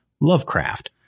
Lovecraft